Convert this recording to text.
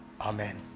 Amen